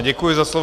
Děkuji za slovo.